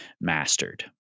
mastered